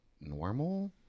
normal